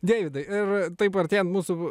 deividai ir taip artėjant mūsų